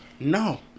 No